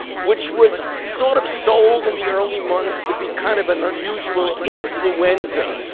which was sort of sold in the early months to be kind of an unusual influenza.